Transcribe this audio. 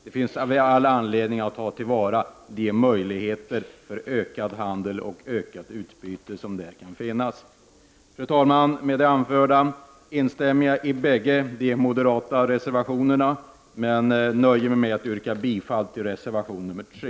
Det finns all anledning att tillvarata de möjligheter för ökad handel och ökat utbyte som kan finnas. Fru talman! Jag stöder de bägge moderata reservationerna, men jag nöjer mig med att yrka bifall till reservation 3.